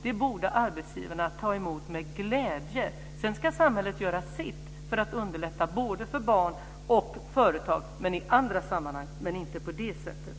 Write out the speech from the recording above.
Det borde arbetsgivarna ta emot med glädje. Sedan ska samhället göra sitt för att underlätta både för barn och företag, men i andra sammanhang, inte på det sättet.